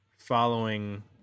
Following